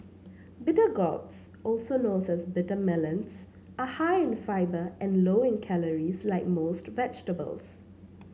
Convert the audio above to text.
bitter gourds also known as bitter melons are high in fibre and low in calories like most vegetables